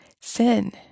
sin